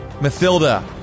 Mathilda